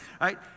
right